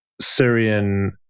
Syrian